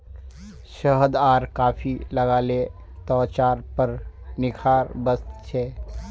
शहद आर कॉफी लगाले त्वचार पर निखार वस छे